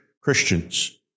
Christians